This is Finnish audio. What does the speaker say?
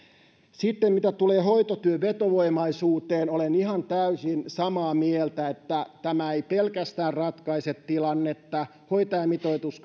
sitten mitä tulee hoitotyön vetovoimaisuuteen olen ihan täysin samaa mieltä että pelkästään tämä ei ratkaise tilannetta hoitajamitoitus